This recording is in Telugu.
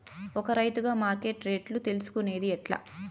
ఒక రైతుగా మార్కెట్ రేట్లు తెలుసుకొనేది ఎట్లా?